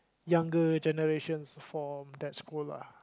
younger generations from that school lah